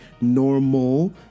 normal